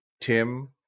Tim